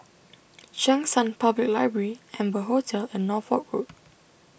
Cheng San Public Library Amber Hotel and Norfolk Road